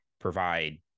provide